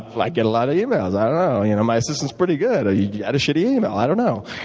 like get a lot of emails, i don't know. you know my assistant is pretty good. you you had a shitty email. i don't know.